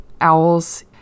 Owls